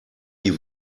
die